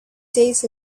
days